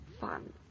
fun